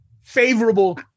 favorable